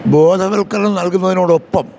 ബോധവൽക്കരണം നല്കുന്നതിനോടൊപ്പം